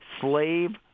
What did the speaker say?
slave